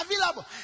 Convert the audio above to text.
available